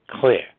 clear